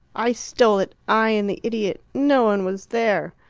i stole it! i and the idiot no one was there.